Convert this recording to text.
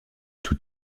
tout